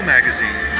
Magazine